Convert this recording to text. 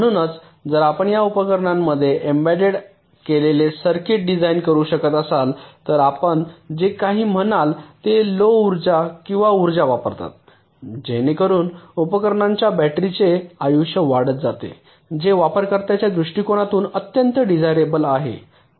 म्हणूनच जर आपण या उपकरणांमध्ये एम्बेड केलेले सर्किट डिझाइन करू शकत असाल तर आपण जे काही म्हणाल ते लो उर्जा किंवा उर्जा वापरतात जेणेकरुन उपकरणांच्या बॅटरीचे आयुष्य वाढत जाते जे वापरकर्त्यांच्या दृष्टीकोनातून अत्यंत डिझायरबल आहे